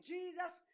Jesus